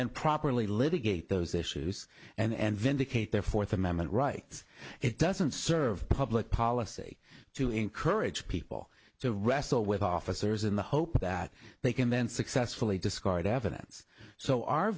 then properly litigate those issues and vindicate their fourth amendment rights it doesn't serve the public policy to encourage people to wrestle with officers in the hope that they can then successfully discard evidence so our